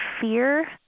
fear